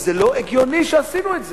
וזה לא הגיוני שעשינו את זה.